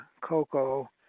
cocoa